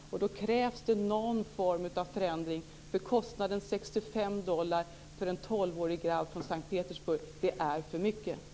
Då krävs det någon form av förändring. För en tolvårig grabb från S:t Petersburg är kostnaden på 65 dollar för hög.